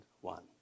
one